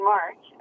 March